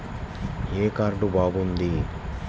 ఏ card బాగుంది?